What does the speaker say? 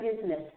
business